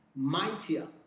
Mightier